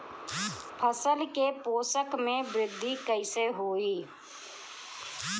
फसल के पोषक में वृद्धि कइसे होई?